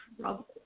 trouble